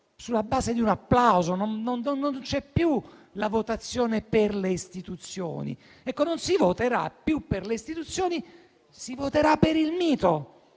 sulla base di un applauso, dove non c'è più la votazione per le istituzioni? Non si voterà più per le istituzioni, ma si voterà per il mito